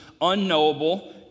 unknowable